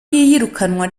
y’iyirukanwa